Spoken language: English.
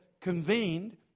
convened